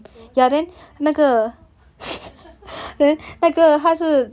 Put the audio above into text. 我只想说